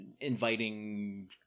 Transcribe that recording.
inviting